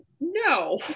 No